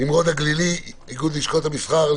נמרוד הגלילי, איגוד לשכות המסחר,